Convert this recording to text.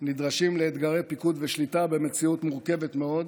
נדרשים לאתגרי פיקוד ושליטה במציאות מורכבת מאוד,